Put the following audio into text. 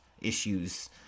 issues